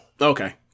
okay